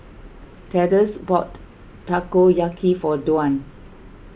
Thaddeus bought Takoyaki for Dwan